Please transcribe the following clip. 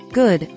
good